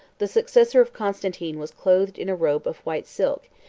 the successor of constantine was clothed in a robe of white silk,